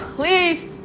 Please